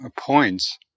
points